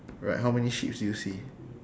alright how many sheeps do you see